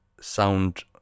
sound